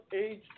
age